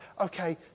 okay